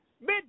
Mid